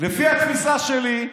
לפי התפיסה שלי,